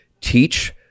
teach